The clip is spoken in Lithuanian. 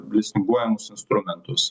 bliusinguojamus instrumentus